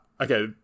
Okay